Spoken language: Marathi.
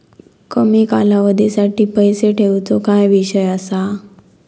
कमी कालावधीसाठी पैसे ठेऊचो काय विषय असा?